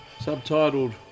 Subtitled